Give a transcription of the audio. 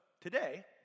today